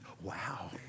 Wow